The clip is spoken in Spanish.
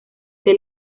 que